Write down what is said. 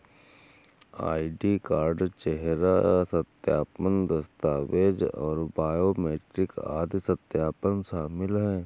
ID card, चेहरा सत्यापन, दस्तावेज़ और बायोमेट्रिक आदि सत्यापन शामिल हैं